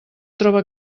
troba